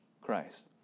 Christ